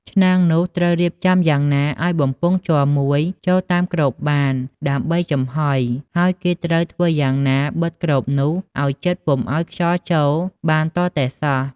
ឆ្នាំងនោះត្រូវរៀបចំយ៉ាងណាឲ្យបំពង់ជ័រមួយចូលតាមគ្របបានដើម្បីចំហុយ ហើយគេត្រូវធ្វើយ៉ាងណាបិតគ្របនោះឲ្យជិតពុំឲ្យខ្យល់ចូលបានទាល់តែសោះ។